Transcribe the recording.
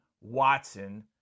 Watson